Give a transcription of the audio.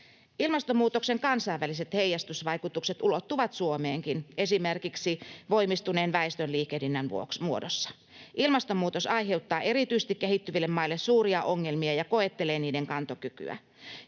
Ilmastonmuutoksen kansainväliset heijastusvaikutukset ulottuvat Suomeenkin, esimerkiksi voimistuneen väestönliikehdinnän muodossa. Ilmastonmuutos aiheuttaa erityisesti kehittyville maille suuria ongelmia ja koettelee niiden kantokykyä.